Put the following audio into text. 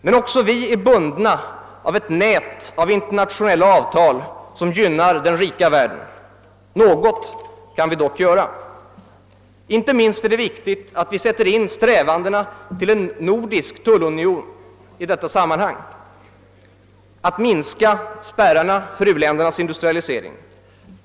Men också vi är bundna av det nät av internationella avtal som gynnar den rika världen. Något kan vi dock göra. Inte minst viktigt är det att vi sätter in strävandena till en nordisk tullunion i detta sammanhang: att minska spärrarna för u-ländernas industrialisering.